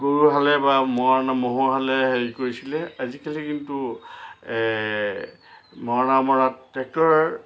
গৰু হালে বা ম ম'হৰ হালে হেৰি কৰিছিলে আজিকালি কিন্তু মৰণা মৰাত ট্ৰেক্টৰ